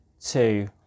two